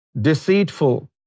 deceitful